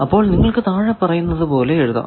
അപ്പോൾ നിങ്ങൾക്കു താഴെ പറയുന്നത് പോലെ എഴുതാം